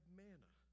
manna